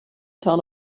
town